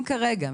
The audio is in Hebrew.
אם כרגע,